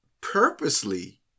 purposely